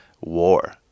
war